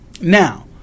Now